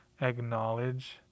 acknowledge